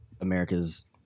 America's